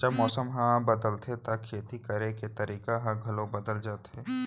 जब मौसम ह बदलथे त खेती करे के तरीका ह घलो बदल जथे?